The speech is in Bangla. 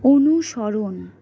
অনুসরণ